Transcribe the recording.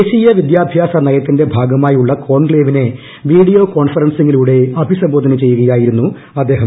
ദേശീയ വിദ്യാഭ്യാസ നയത്തിന്റെ ഭാഗമായുള്ള കോൺക്ലേവിനെ വീഡിയോ കോൺഫറൻസിങ്ങിലൂടെ അഭിസംബോധന ചെയ്യുകയായിരുന്നു അദ്ദേഹം